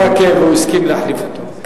הכנסת ברכה והוא הסכים להחליף אותו.